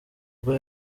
ubwo